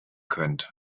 könnt